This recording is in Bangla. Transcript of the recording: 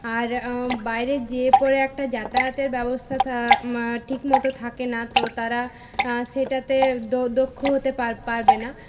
আর বাইরে যেয়ে পরে একটা যাতায়াতের ব্যবস্থা ঠিক মতো থাকে না তো তারা সেটাতে দক্ষ হতে পারবে না